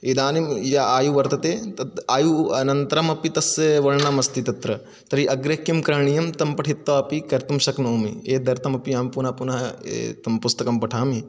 इदानीं या आयु वर्तते तत् आयु अनन्तरमपि तस्य वर्णनम् अस्ति तर्हि अग्रे किं करणीयं तं पठित्वा अपि कर्तुं शक्नोमि एतधर्थम् अपि अहं पुन पुनः एतत् पुस्तकं पठामि